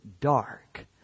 dark